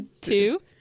two